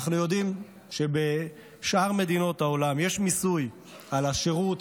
אנחנו יודעים שבשאר מדינות העולם יש מיסוי על השירות,